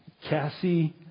Cassie